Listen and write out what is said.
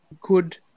Good